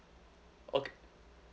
okay